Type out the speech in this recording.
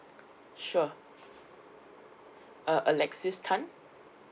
sure uh alexis tan